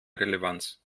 relevanz